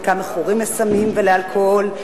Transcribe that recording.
חלקם מכורים לסמים ולאלכוהול,